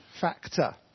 factor